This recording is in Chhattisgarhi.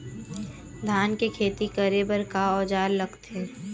धान के खेती करे बर का औजार लगथे?